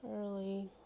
early